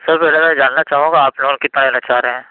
سر پہلے میں یہ جاننا چاہوں گا آپ لون کتنا لینا چاہ رہے ہیں